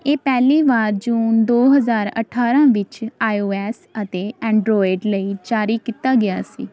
ਇਹ ਪਹਿਲੀ ਵਾਰ ਜੂਨ ਦੋ ਹਜ਼ਾਰ ਅਠਾਰ੍ਹਾਂ ਵਿੱਚ ਆਈ ਓ ਐੱਸ ਅਤੇ ਐਨਡਰੋਇਡ ਲਈ ਜਾਰੀ ਕੀਤਾ ਗਿਆ ਸੀ